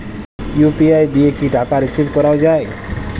UPI দিয়ে কি টাকা রিসিভ করাও য়ায়?